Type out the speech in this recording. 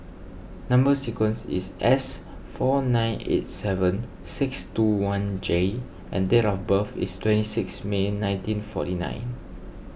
Number Sequence is S four nine eight seven six two one J and date of birth is twenty six May nineteen forty nine